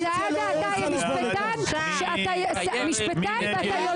סעדה, אתה משפטן ואתה יודע